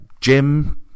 Jim